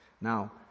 Now